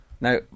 Now